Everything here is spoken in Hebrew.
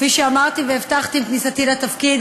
כפי שאמרתי והבטחתי עם כניסתי לתפקיד,